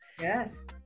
Yes